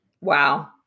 Wow